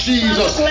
Jesus